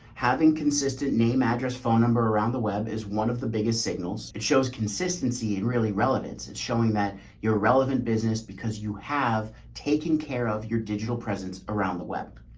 having consistent name, address, phone number around the web is one of the biggest signals. it shows consistency and really relevance. it's showing that you're relevant business because you have taken care of your digital presence around the web.